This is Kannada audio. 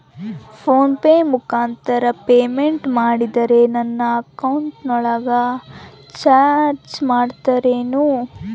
ಫೋನ್ ಪೆ ಮುಖಾಂತರ ಪೇಮೆಂಟ್ ಮಾಡಿದರೆ ನನ್ನ ಅಕೌಂಟಿನೊಳಗ ಚಾರ್ಜ್ ಮಾಡ್ತಿರೇನು?